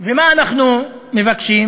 ומה אנחנו מבקשים?